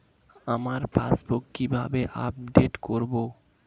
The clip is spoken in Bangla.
আমার পাসবুক কিভাবে আপডেট করবো?